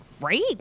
Great